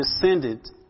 descended